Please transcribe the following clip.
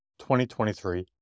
2023